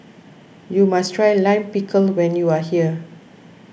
you must try Lime Pickle when you are here